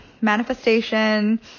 manifestation